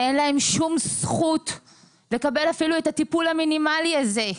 אין להן שום זכות לקבל אפילו את הטיפול המינימלי הזה.